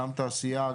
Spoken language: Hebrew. גם תעשייה,